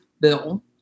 bill